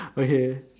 okay